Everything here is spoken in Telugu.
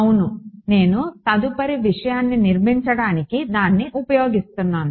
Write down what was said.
అవును నేను తదుపరి విషయాన్ని నిర్మించడానికి దాన్ని ఉపయోగిస్తున్నాను